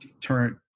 turn